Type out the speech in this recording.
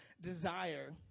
desire